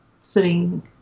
sitting